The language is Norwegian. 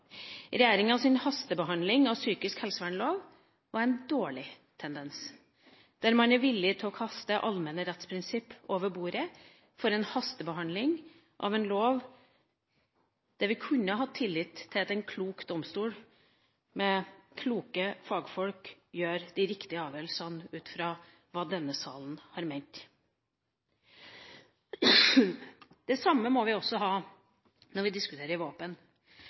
hastebehandling av psykisk helsevernlov var en dårlig tendens. Man var villig til å kaste allmenne rettsprinsipper over bord for å hastebehandle en lov, der vi kunne hatt tillit til at en klok domstol med kloke fagfolk fatter de riktige avgjørelsene ut fra hva man i denne salen har ment. Det samme må vi også ha når vi diskuterer